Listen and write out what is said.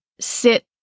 sit